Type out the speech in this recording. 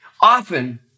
Often